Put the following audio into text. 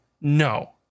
No